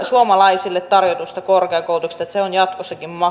suomalaisille tarjotusta korkeakoulutuksesta että se on jatkossakin